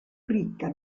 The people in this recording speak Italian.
ricca